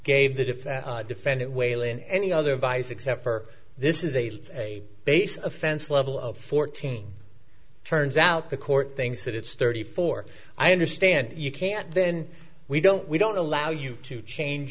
gave that if defend it wailin any other advice except for this is a a base of offense level of fourteen turns out the court thinks that it's thirty four i understand you can't then we don't we don't allow you to change